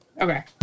Okay